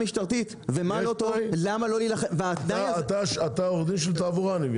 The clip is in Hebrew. אתה עורך-דין של תעבורה?